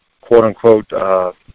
quote-unquote